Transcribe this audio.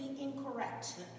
incorrect